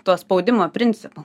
tuo spaudimo principu